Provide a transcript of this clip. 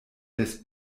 des